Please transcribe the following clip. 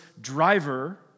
driver